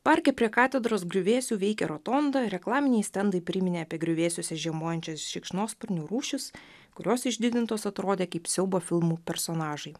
parke prie katedros griuvėsių veikė rotonda reklaminiai stendai priminė apie griuvėsiuose žiemojančias šikšnosparnių rūšis kurios išdidintos atrodė kaip siaubo filmų personažai